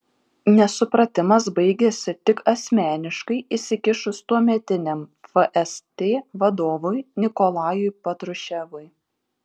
nesupratimas baigėsi tik asmeniškai įsikišus tuometiniam fst vadovui nikolajui patruševui